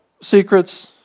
secrets